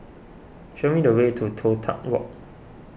show me the way to Toh Tuck Walk